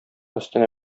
өстенә